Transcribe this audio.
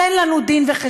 תן לנו דין-וחשבון.